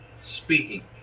speaking